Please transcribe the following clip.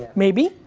maybe,